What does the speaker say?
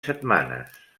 setmanes